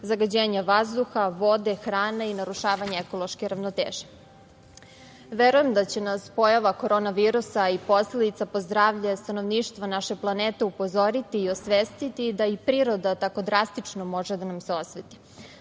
zagađenja vazduha, vode, hrane i narušavanje ekološke ravnoteže. Verujem da će nas pojava korona virusa i posledica po zdravlje stanovništva naše planete upozoriti i osvestiti da i priroda tako drastično može da nam se osveti. Dakle,